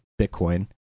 bitcoin